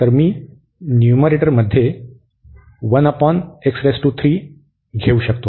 तर मी न्यूमरेटर मध्ये घेऊ शकतो